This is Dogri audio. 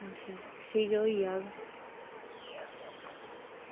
अच्छा अच्छा ठीक ऐ होई जाह्ग